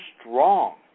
strong